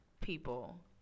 people